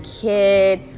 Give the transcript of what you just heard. kid